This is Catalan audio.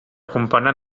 componen